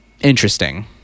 interesting